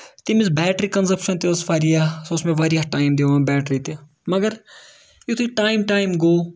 تٔمِچ battery consumption تہِ ٲس واریاہ سُہ اوس مےٚ واریاہ ٹایم دِوان بیٹری تہِ مَگر یِتھُے ٹایم ٹایم گوٚو